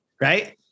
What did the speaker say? Right